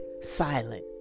silent